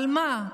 על מה?